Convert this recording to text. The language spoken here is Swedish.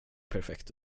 perfekt